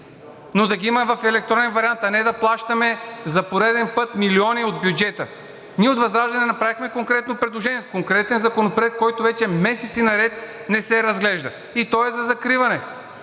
но да ги има в електронен вариант, а не да плащаме за пореден път милиони от бюджета. Ние от ВЪЗРАЖДАНЕ направихме конкретно предложение, с конкретен законопроект, който вече месеци наред не се разглежда, и той е за закриване.